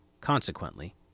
Consequently